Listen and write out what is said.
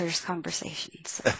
conversations